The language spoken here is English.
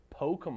Pokemon